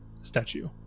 statue